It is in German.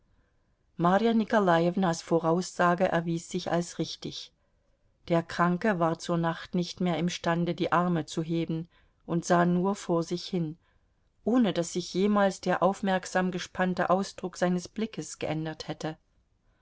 nikolajewnas voraussage erwies sich als richtig der kranke war zur nacht nicht mehr imstande die arme zu heben und sah nur vor sich hin ohne daß sich jemals der aufmerksam gespannte ausdruck seines blickes geändert hätte